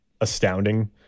astounding